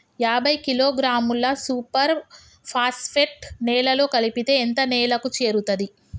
యాభై కిలోగ్రాముల superphosphate నేలలో కలిపితే ఎంత నేలకు చేరుతది?